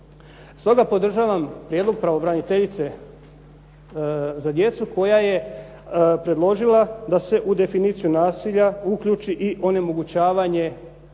Stoga podržavam prijedlog pravobraniteljice za djecu koja je predložila da se u definiciju nasilja uključi i onemogućavanje